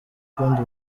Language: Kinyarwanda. ukundi